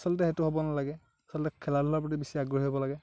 আচলতে সেইটো হ'ব নালাগে আচলতে খেলা ধূলাৰ প্ৰতি বেছি আগ্ৰহী হ'ব লাগে